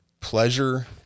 pleasure